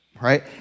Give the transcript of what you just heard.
right